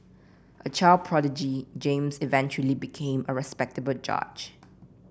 a child prodigy James eventually became a respected judge